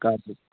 کاجو